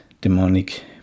demonic